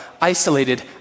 isolated